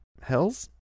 hell's